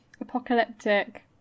apocalyptic